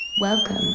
Welcome